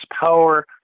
power